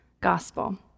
gospel